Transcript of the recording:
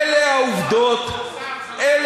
אתם לא צריכים לפתח, ואתם לא הכרחתם אותם.